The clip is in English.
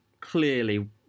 clearly